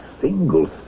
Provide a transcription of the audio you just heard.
single